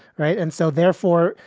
right. and so, therefore,